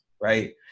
right